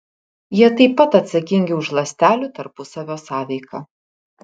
jie taip pat atsakingi už ląstelių tarpusavio sąveiką